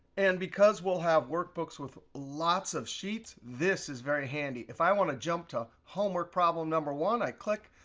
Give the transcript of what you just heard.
and because we'll have workbooks with lots of sheets, this is very handy. if i want to jump to homework problem number one, i click.